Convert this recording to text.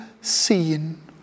seen